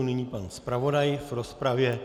Nyní pan zpravodaj v rozpravě.